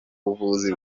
buvuzi